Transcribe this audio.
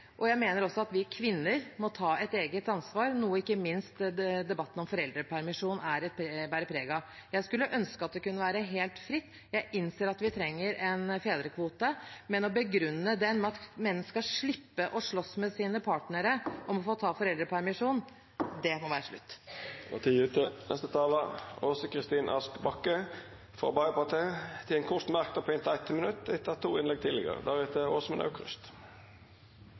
og jeg mener også at vi kvinner må ta et eget ansvar, noe ikke minst debatten om foreldrepermisjon bærer preg av. Jeg skulle ønske at det kunne være helt fritt. Jeg innser at vi trenger en fedrekvote, men å begrunne den med at menn skal slippe å slåss med sine partnere om å få ta foreldrepermisjon, det må det bli slutt på. Tida er ute. Representanten Åse Kristin Ask Bakke har hatt ordet to gonger tidlegare og får ordet til ein kort merknad, avgrensa til 1 minutt.